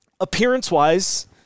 appearance-wise